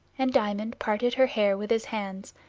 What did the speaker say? and diamond parted her hair with his hands,